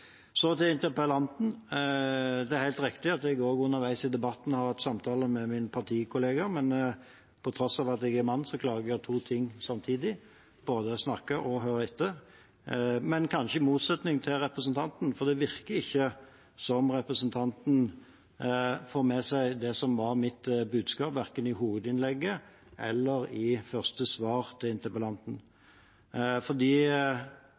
Så til interpellanten: Det er helt riktig at jeg også underveis i debatten har hatt samtaler med min partikollega, men på tross av at jeg er mann, klarer jeg å gjøre to ting samtidig – både å snakke og å høre etter – kanskje i motsetning til representanten, for det virker ikke som om representanten får med seg det som var mitt budskap, verken i hovedinnlegget eller i første svar til interpellanten.